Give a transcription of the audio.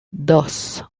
dos